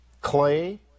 Clay